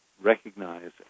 recognize